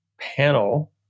panel